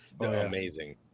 amazing